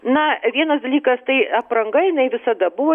na vienas dalykas tai apranga jinai visada buvo